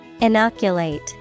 Inoculate